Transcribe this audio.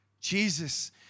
Jesus